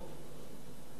כמו כל אזרח,